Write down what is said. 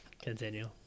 Continue